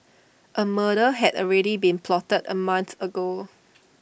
A murder had already been plotted A month ago